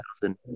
thousand